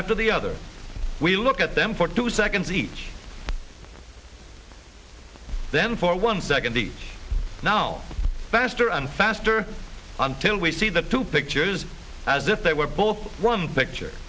after the other we look at them for two seconds each then for one second each now baster and faster until we see the two pictures as if they were both one picture